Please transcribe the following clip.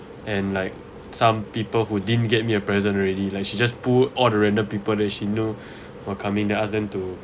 and like some people who didn't get me a present already like she just pulled all the random people that she knew were coming then ask them to